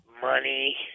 money